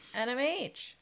NMH